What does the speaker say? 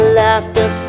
laughter